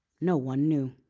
no one knew.